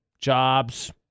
jobs